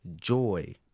Joy